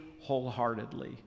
wholeheartedly